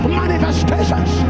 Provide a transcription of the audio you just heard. manifestations